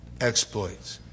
exploits